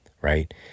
right